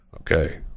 Okay